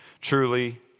truly